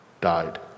died